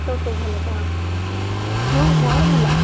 ତୋର ସବୁ ଭଲ ତ ହଁ ମୋର ଭଲ